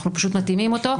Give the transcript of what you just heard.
אנחנו פשוט מתאימים אותו,